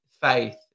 faith